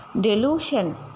delusion